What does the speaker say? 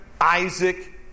Isaac